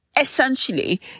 essentially